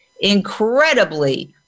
incredibly